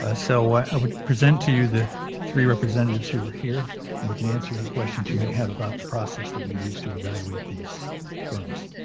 ah so i would present to you the three representatives who were here and we can answer any questions you may have about the process that we used to evaluate these firms.